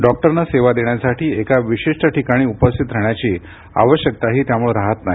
डॉक्टरनं सेवा देण्यासाठी एका विशिष्ट ठिकाणी उपस्थित राहण्याची आवश्यकताही त्यामुळे राहात नाही